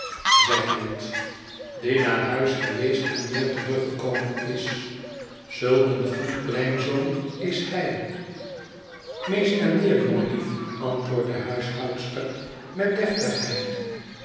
zegt watt die naar huis geweest en weer teruggekomen is zulk een goed kleinzoon is hij meer en meest jongenlief antwoordt de huishoudster met deftigheid